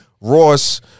Ross